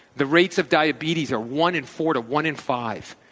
the rates of diabetes are one in four to one in five.